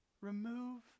Remove